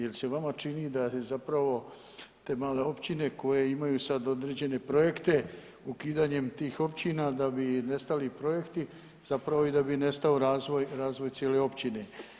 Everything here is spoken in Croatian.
Jel se vama čini da je zapravo te male općine koje imaju sada određene projekte ukidanjem tih općina da bi nestali projekti i da bi nestao razvoj cijele općine?